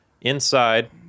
Inside